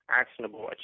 actionable